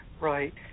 Right